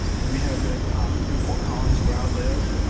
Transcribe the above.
we have it in fort collins, where i live.